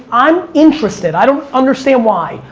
i'm interested, i don't understand why,